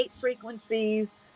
frequencies